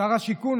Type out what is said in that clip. שר השיכון,